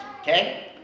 okay